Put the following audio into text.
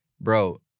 Bro